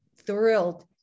thrilled